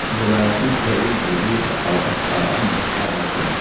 روایتی کھیل دیہی ثقافت کا اہم حصہ ہوتے ہیں